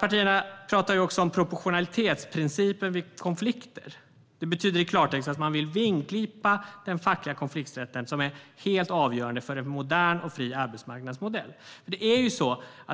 Partierna pratar också om proportionalitetsprincipen vid konflikter. Det betyder i klartext att man vill vingklippa den fackliga konflikträtten, som är helt avgörande för en modern och fri arbetsmarknadsmodell.